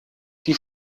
die